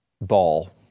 ball